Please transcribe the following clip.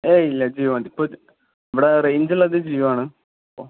ഏ ഇല്ല ജീയോതി ഇപ്പം അത് ഇവിടെ റേഞ്ചുള്ളത് ജീയോണ് അപ്പോൾ